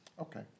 Okay